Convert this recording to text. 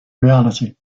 reality